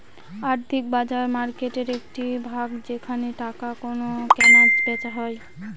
আর্থিক বাজার মার্কেটের একটি ভাগ যেখানে টাকা কেনা বেচা হয়